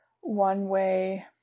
one-way